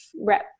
rep